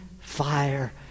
fire